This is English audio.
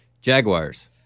Jaguars